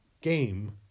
game